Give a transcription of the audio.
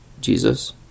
Jesus